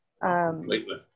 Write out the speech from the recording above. Completely